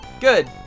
Good